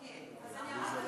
קסניה,